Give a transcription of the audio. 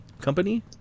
Company